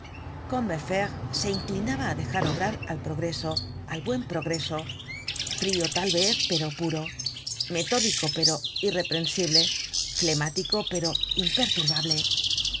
combeferre se inclinaba á dejar obrar al progreso al buen progreso frio tal vez pero puro metódico pero irreprensible flemático pero imperturbable